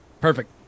Perfect